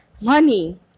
money